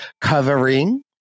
covering